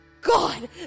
God